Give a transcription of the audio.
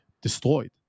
destroyed